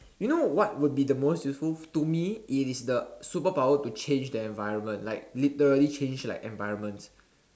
you know what would be the most useful to me it is the superpower to change the environment like literally change like environments